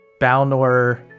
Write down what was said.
Balnor